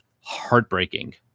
heartbreaking